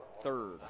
third